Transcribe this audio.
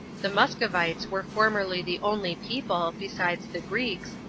the muscovites were formerly the only people, besides the greeks,